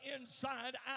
inside